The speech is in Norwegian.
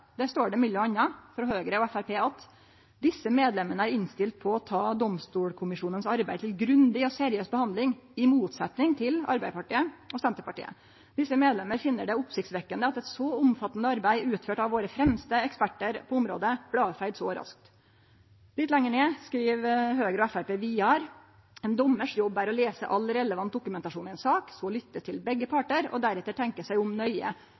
står det m.a. frå Høgre og Framstegspartiet: «Disse medlemmer er innstilt på å ta Domstolkommisjonens arbeid til grundig og seriøs behandling i motsetning til Arbeiderpartiet og Senterpartiet. Disse medlemmer finner det oppsiktsvekkende at et så omfattende arbeid utført av våre fremste eksperter på området, ble avfeid så raskt.» Litt lenger nede skriv Høgre og Framstegspartiet vidare: «En dommers jobb er å lese all relevant dokumentasjon i en sak, så lytte til begge parter og deretter tenke seg om nøye.